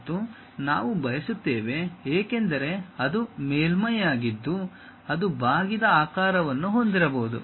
ಮತ್ತು ನಾವು ಬಯಸುತ್ತೇವೆ ಏಕೆಂದರೆ ಅದು ಮೇಲ್ಮೈಯಾಗಿದ್ದು ಅದು ಬಾಗಿದ ಆಕಾರವನ್ನು ಹೊಂದಿರಬಹುದು